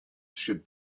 should